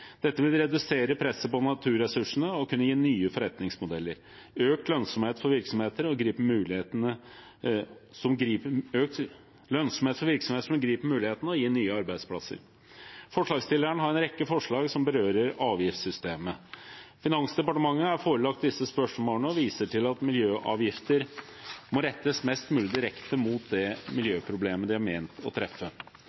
Dette vil redusere presset på naturressursene og kunne gi nye forretningsmodeller, økt lønnsomhet for virksomheter som griper mulighetene og gi nye arbeidsplasser. Forslagsstilleren har en rekke forslag som berører avgiftssystemet. Finansdepartementet er forelagt disse spørsmålene og viser til at miljøavgifter må rettes mest mulig direkte mot det